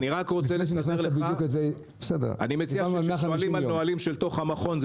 אם אתם שואלים על נהלים שבתוך המכון,